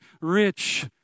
rich